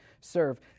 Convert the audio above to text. serve